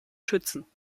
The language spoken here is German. schützen